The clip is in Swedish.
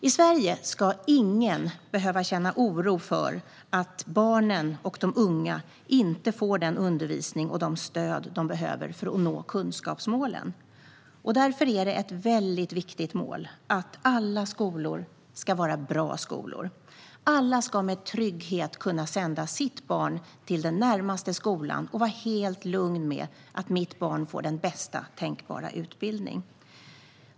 I Sverige ska ingen behöva känna oro för att barn och unga inte får den undervisning och de stöd de behöver för att nå kunskapsmålen. Därför är det ett viktigt mål att alla skolor ska vara bra skolor. Alla föräldrar ska med trygghet kunna sända sina barn till den närmaste skolan och vara helt lugna med att deras barn får bästa tänkbara utbildning.